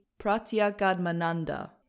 Pratyagadmananda